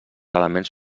elements